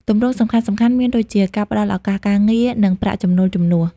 ទម្រង់សំខាន់ៗមានដូចជា ការផ្តល់ឱកាសការងារ និងប្រាក់ចំណូលជំនួស។